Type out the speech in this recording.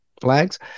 flags